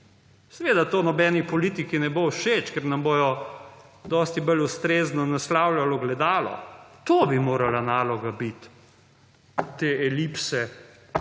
Seveda to nobeni politiki ne bo všeč, ker nam bojo dosti bolj ustrezno naslavljali ogledalo. To bi morala naloga biti te elipse